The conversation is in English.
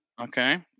Okay